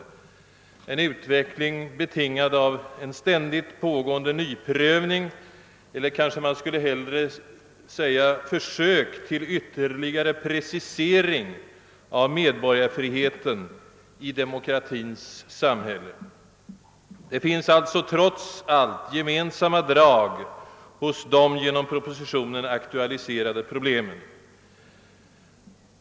Det är en utveckling betingad av en ständigt pågående nyprövning eller kanske jag hellre skall säga försök till ytterligare precisering av medborgarfriheten i demokratins samhälle. Det finns alltså trots allt gemensamma drag hos de i propositionen aktualiserade problemen.